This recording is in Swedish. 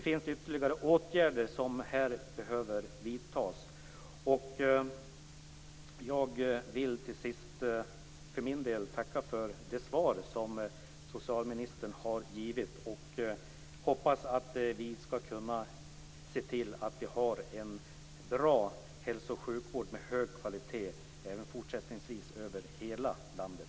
Här behöver ytterligare åtgärder vidtas. Jag vill till sist tacka för det svar som socialministern har givit. Jag hoppas att vi skall kunna se till att ha en bra hälso och sjukvård med hög kvalitet även fortsättningsvis över hela landet.